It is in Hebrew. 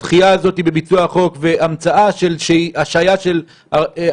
הדחייה הזאת בביצוע החוק והמצאה של השהייה של 45